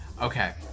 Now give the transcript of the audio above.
Okay